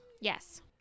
Yes